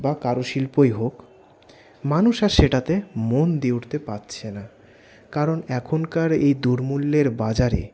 বা কারু শিল্পই হোক মানুষ আর সেটাতে মন দিয়ে উঠতে পারছে না কারণ এখনকার এই দুর্মূল্যের বাজারে